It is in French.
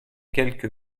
quelques